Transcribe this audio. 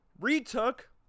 retook